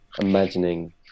imagining